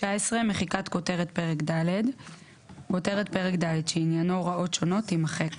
מחיקת כותרת פרק ד' 19. כותרת פרק ד' שעניינו "הוראות שונות" תימחק.